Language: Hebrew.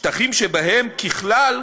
שטחים שבהם, ככלל,